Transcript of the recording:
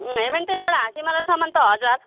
उम्म हेमिल्टनबाट हाँसिमारासम्म त हजार